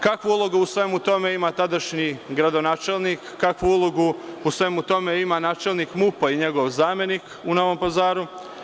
Kakvu ulogu u svemu tome ima tadašnji gradonačelnik, kakvu ulogu u svemu tome ima načelnik MUP-a i njegov zamenik u Novom Pazaru?